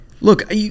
look